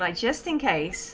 ah just in case